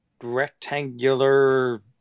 rectangular